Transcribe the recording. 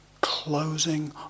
closing